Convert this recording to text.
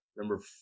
Number